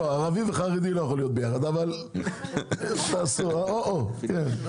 לא, ערבי וחרדי לא יכול להיות ביחד, או-או, כן.